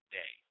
day